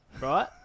right